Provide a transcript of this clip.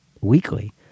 weekly